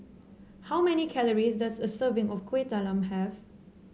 how many calories does a serving of Kuih Talam have